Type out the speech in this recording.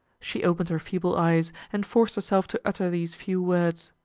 she opened her feeble eyes, and forced herself to utter these few words